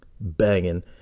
banging